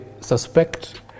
suspect